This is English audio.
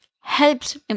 helps